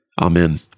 amen